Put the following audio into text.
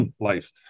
life